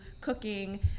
cooking